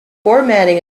formatting